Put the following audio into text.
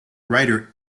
writer